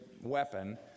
weapon